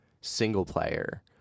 single-player